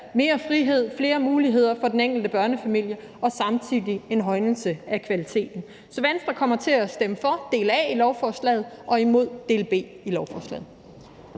mere frihed og flere muligheder for den enkelte børnefamilie og samtidig en højnelse af kvaliteten. Så Venstre kommer til at stemme for del A af lovforslaget og imod del B af lovforslaget.